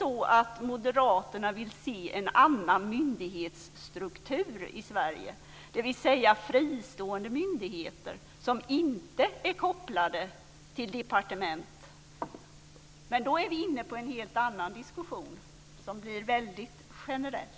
Vill Moderaterna se en annan myndighetsstruktur i Sverige, dvs. fristående myndigheter som inte är kopplade till departement? Då är vi inne på en helt annan diskussion som blir väldigt generell.